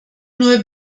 nur